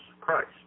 Christ